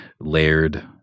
layered